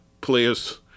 players